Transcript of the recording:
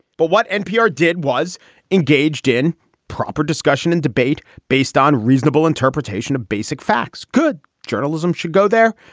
but what npr did. was engaged in proper discussion and debate based on reasonable interpretation of basic facts, good journalism should go there.